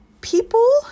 people